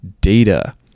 data